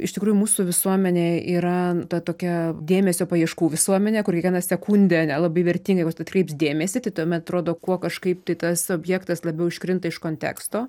iš tikrųjų mūsų visuomenė yra ta tokia dėmesio paieškų visuomenė kur kiekvieną sekundę nelabai verti atkreips dėmesį tai tuomet atrodo kuo kažkaip tai tas objektas labiau iškrinta iš konteksto